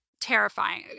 terrifying